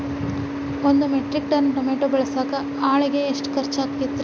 ಒಂದು metric ton tomato ಬೆಳಸಾಕ್ ಆಳಿಗೆ ಎಷ್ಟು ಖರ್ಚ್ ಆಕ್ಕೇತ್ರಿ?